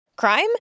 Crime